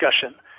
discussion